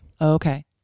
Okay